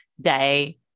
day